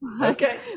okay